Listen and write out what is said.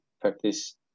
practice